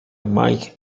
mike